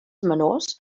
menors